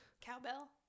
cowbell